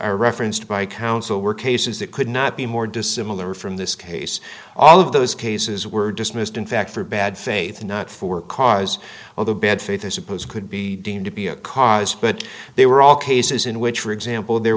are referenced by counsel were cases that could not be more dissimilar from this case all of those cases were dismissed in fact for bad faith and not for cause of the bad faith i suppose could be deemed to be a cause but they were all cases in which for example there